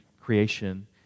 creation